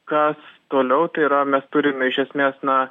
kas toliau tai yra mes turim iš esmės na